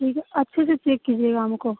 ठिक है अच्छे से चेक कीजिएगा हमको